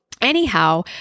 anyhow